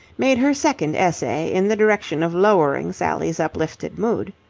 made her second essay in the direction of lowering sally's uplifted mood.